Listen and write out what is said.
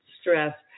stress